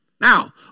Now